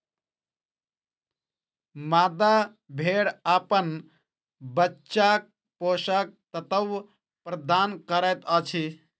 मादा भेड़ अपन बच्चाक पोषक तत्व प्रदान करैत अछि